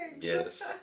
Yes